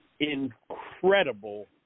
incredible